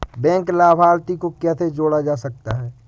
Bank लाभार्थी को कैसे जोड़ा जा सकता है?